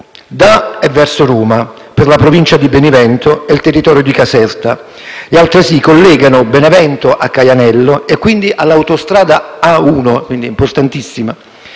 da e verso Roma per la provincia di Benevento e il territorio di Caserta e altresì collegano Benevento a Caianello e, quindi, all'autostrada A1. Si tratta,